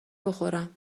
بخورم